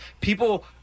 people